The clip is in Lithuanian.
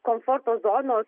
komforto zonos